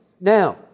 Now